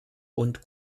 und